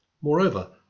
Moreover